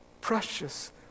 precious